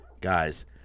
guys